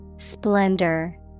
Splendor